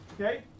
okay